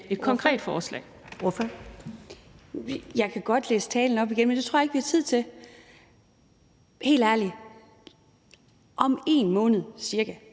et konkret forslag.